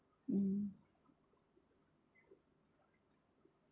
mm